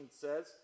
says